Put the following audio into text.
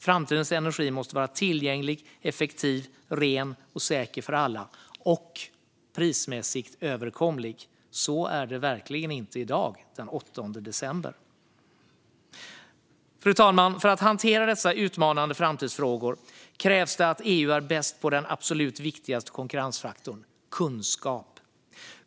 Framtidens energi måste vara tillgänglig, effektiv, ren och säker för alla och prismässigt överkomlig. Så är det verkligen inte i dag, den 8 december. Fru talman! För att hantera dessa utmanande framtidsfrågor krävs att EU är bäst på den absolut viktigaste konkurrensfaktorn: kunskap.